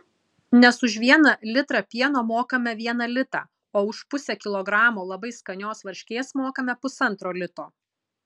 nes už vieną litrą pieno mokame vieną litą o už pusę kilogramo labai skanios varškės mokame pusantro lito